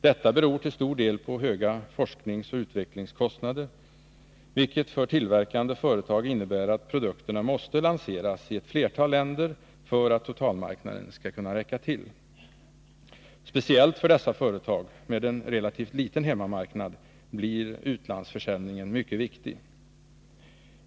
Detta beror till stor del på höga forskningsoch utvecklingskostnader, vilket för tillverkande företag innebär att produkterna måste lanseras i ett flertal länder för att totalmarknaden skall räcka till. Speciellt för dessa företag, med en relativt liten hemmamarknad, blir utlandsförsäljningen mycket viktig.